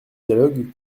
dialogue